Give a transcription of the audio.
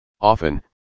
often